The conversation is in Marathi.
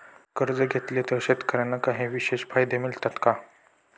कर्ज घेतले तर शेतकऱ्यांना काही विशेष फायदे मिळतात का?